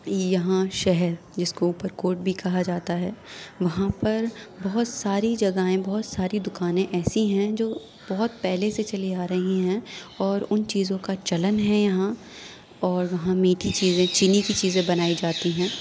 یہاں شہر جس کو اوپر کوٹ بھی کہا جاتا ہے وہاں پر بہت ساری جگہیں بہت ساری دکانیں ایسی ہیں جو بہت پہلے سے چلی آ رہی ہیں اور ان چیزوں کا چلن ہیں یہاں اور وہاں میٹھی چیزیں چینی کی چیزیں بنائی جاتی ہیں